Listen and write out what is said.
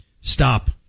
stop